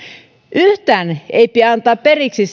yhtään ei pidä antaa periksi